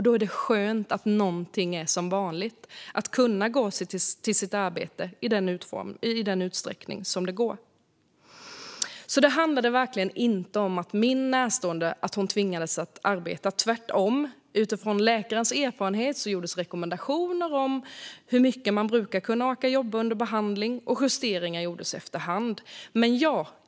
Då är det skönt att någonting är som vanligt och att kunna gå till sitt arbete i den utsträckning det går. Det handlade inte om att min närstående tvingades att arbeta. Tvärtom. Utifrån läkarens erfarenhet gjordes rekommendationer om hur mycket man brukar orka jobba under behandling, och justeringar gjordes efter hand.